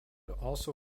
also